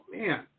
man